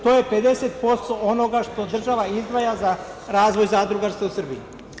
To je 50% onoga što država izdvaja za razvoj zadrugarstva u Srbiji.